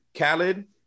Khaled